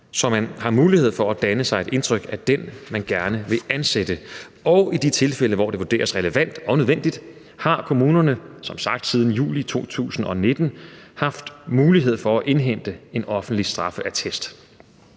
så man har mulighed for at danne sig et indtryk af den, man gerne vil ansætte, og i de tilfælde, hvor det vurderes relevant og nødvendigt, har kommunerne som sagt siden juli 2019 haft mulighed for at indhente en offentlig straffeattest.